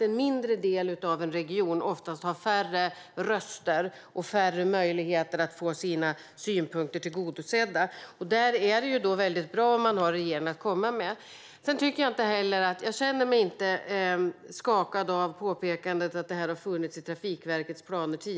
En mindre del av en region har oftast färre röster och färre möjligheter att få sina synpunkter tillgodosedda. Där är det bra om man har regeringen att komma med. Jag känner mig inte skakad av påpekandet att det har funnits tidigare i Trafikverkets planer.